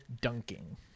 dunking